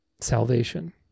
salvation